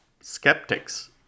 skeptics